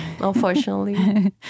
unfortunately